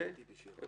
אנחנו